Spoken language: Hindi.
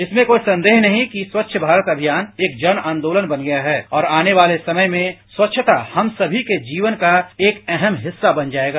इसमें कोई संदेह नहीं है कि स्वच्छ भारत अभियान एक जन आंदोलन बन गया है और आने वाले समय में स्वच्छता हम सभी के जीवन का एक अहम हिस्सा बन जाएगा